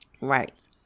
Right